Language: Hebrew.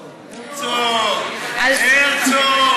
הרצוג, הרצוג, הרצוג.